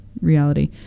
reality